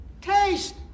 taste